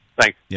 Thanks